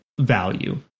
value